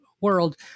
world